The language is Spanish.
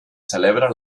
celebra